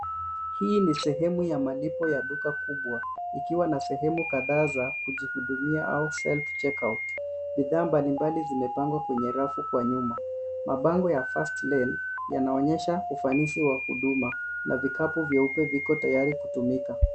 Hii ni sehemu ya malipo ya duka kubwa ikiwa na sehemu kadhaa za kujihudumia au self chekout .Bidhaa mbalimbali zimepangwa kwa rafu kwa nyuma. Mabango ya first lane yanaonyesha ufanisi wa huduma na vikapu vyeupe viko tayari kutumika.